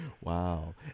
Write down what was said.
Wow